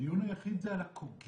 הדיון היחיד הוא על הקוגנטיות